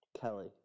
Kelly